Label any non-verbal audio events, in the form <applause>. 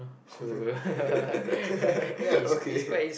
<laughs> okay